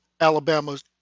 Alabama's